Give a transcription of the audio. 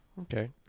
Okay